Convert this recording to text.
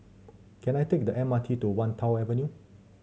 can I take the M R T to Wan Tho Avenue